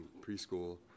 preschool